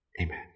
Amen